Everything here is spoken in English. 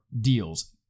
deals